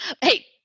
Hey